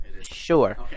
Sure